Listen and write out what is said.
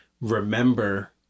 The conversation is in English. remember